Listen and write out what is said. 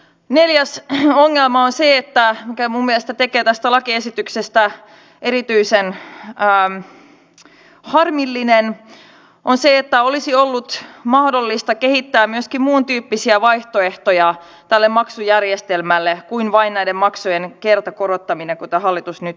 neljäs ongelma mikä minun mielestäni tekee tästä lakiesityksestä erityisen harmillisen on se että olisi ollut mahdollista kehittää myöskin muuntyyppisiä vaihtoehtoja tälle maksujärjestelmälle kuin vain näiden maksujen kertakorottaminen kuten hallitus nyt esittää